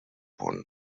punt